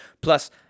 Plus